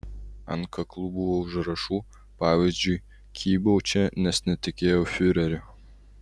ant kaklų buvo užrašų pavyzdžiui kybau čia nes netikėjau fiureriu